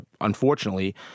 unfortunately